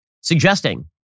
suggesting